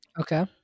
Okay